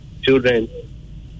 children